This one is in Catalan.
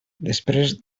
després